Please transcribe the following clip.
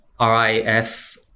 RIF